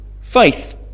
faith